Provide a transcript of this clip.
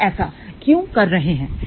हम ऐसा क्यों कर रहे हैं